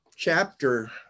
Chapter